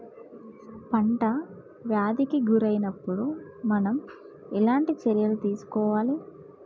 పంట వ్యాధి కి గురి అయినపుడు మనం ఎలాంటి చర్య తీసుకోవాలి?